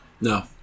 No